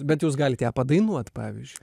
bet jūs galit ją padainuot pavyzdžiui